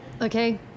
Okay